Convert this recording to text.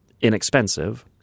inexpensive